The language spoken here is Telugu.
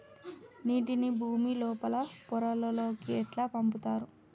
నీటిని భుమి లోపలి పొరలలోకి ఎట్లా పంపుతరు?